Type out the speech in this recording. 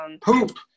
Poop